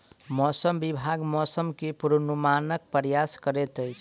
मौसम विभाग मौसम के पूर्वानुमानक प्रयास करैत अछि